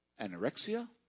anorexia